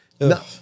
No